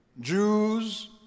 Jews